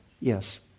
Yes